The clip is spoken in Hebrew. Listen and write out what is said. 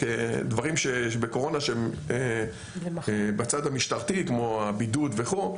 דברים בקורונה שהם בצד המשטרתי כמו הבידוד וכו',